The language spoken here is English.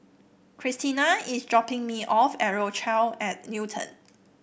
Cristina is dropping me off at Rochelle at Newton